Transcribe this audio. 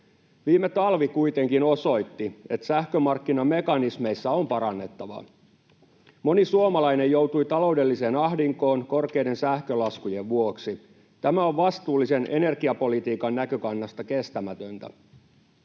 Viime talvi kuitenkin osoitti, että sähkömarkkinamekanismeissa on parannettavaa. Moni suomalainen joutui taloudelliseen ahdinkoon korkeiden sähkölaskujen vuoksi. Tämä on vastuullisen energiapolitiikan näkökannasta kestämätöntä.